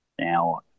now